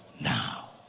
now